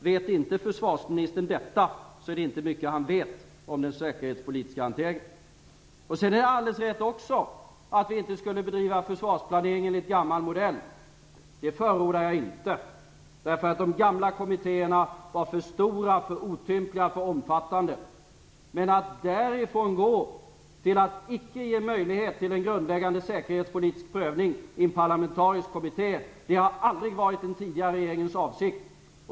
Vet inte försvarsministern detta är det inte mycket han vet om den säkerhetspolitiska hanteringen. Det är också alldeles rätt att vi inte skulle bedriva försvarsplanering enligt gammal modell. Det förordar jag inte. De gamla kommittéerna var för stora, otympliga och omfattande. Men att gå därifrån och till att icke ge möjlighet till en grundläggande säkerhetspolitisk prövning i en parlamentarisk kommitté har aldrig varit den tidigare regeringens avsikt.